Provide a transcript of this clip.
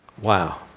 Wow